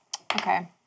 Okay